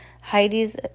Heidi's